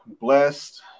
blessed